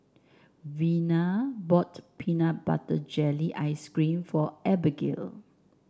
Vena bought Peanut Butter Jelly Ice cream for Abigail